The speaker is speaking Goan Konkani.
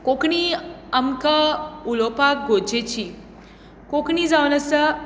कोंकणी आमकां उलोपाक गरजेची कोंकणी जावन आसा